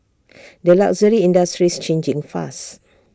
the luxury industry's changing fast